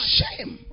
Shame